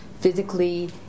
physically